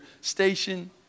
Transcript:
station